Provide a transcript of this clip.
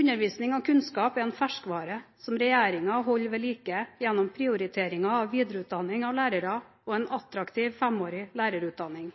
Undervisning og kunnskap er en ferskvare som regjeringen holder ved like gjennom prioriteringen av videreutdanning av lærere og en attraktiv femårig lærerutdanning.